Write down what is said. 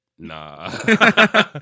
nah